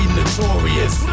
notorious